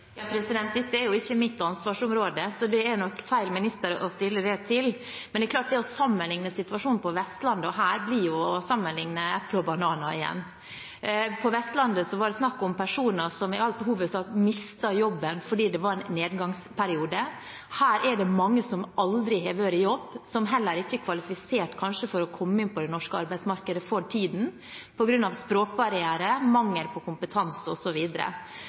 Dette er jo ikke mitt ansvarsområde, så det er nok feil minister å stille det spørsmålet til. Men det å sammenligne situasjonen på Vestlandet og her, blir jo – igjen – å sammenligne epler og bananer. På Vestlandet var det snakk om personer som i all hovedsak mistet jobben fordi det var en nedgangsperiode. Her er det mange som aldri har vært i jobb, og som kanskje heller ikke er kvalifiserte for å komme inn på det norske arbeidsmarkedet for tiden, på grunn av språkbarriere, mangel på kompetanse